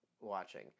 watching